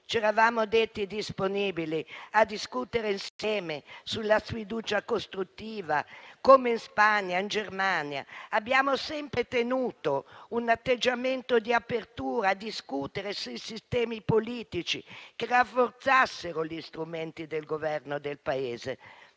Ci eravamo detti disponibili a discutere insieme sulla sfiducia costruttiva, come in Spagna e in Germania. Abbiamo sempre tenuto un atteggiamento di apertura a discutere sui sistemi politici che rafforzassero gli strumenti del Governo del Paese.